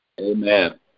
amen